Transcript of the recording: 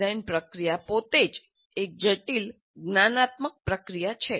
design પ્રક્રિયા પોતે જ એક જટિલ જ્ઞાનાત્મક પ્રક્રિયા છે